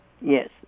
Yes